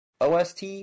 OST